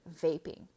vaping